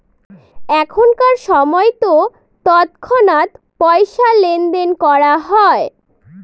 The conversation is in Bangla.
এখনকার সময়তো তৎক্ষণাৎ পয়সা লেনদেন করা হয়